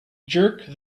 jerk